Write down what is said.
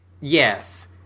Yes